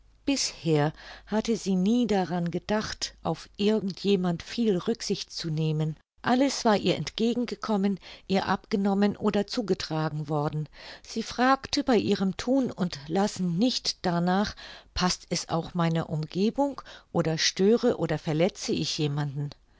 bisher hatte sie nie daran gedacht auf irgend jemand viel rücksicht zu nehmen alles war ihr entgegengekommen ihr abgenommen oder zugetragen worden sie fragte bei ihrem thun und lassen nicht danach paßt es auch meiner umgebung oder störe und verletze ich jemanden